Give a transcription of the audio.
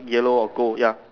yellow or gold ya